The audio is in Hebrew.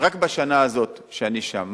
רק בשנה הזאת שאני שם.